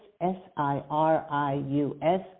S-I-R-I-U-S